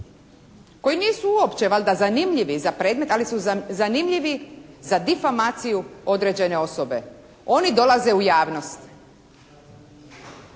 koji nisu uopće valjda zanimljivi za predmet, ali su zanimljivi za difomaciju određene osobe. Oni dolaze u javnost.